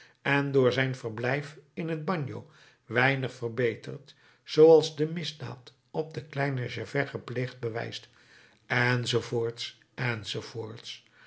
en door zijn verblijf in t bagno weinig verbeterd zooals de misdaad op den kleinen gervais gepleegd bewijst